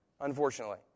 Unfortunately